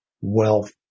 wealth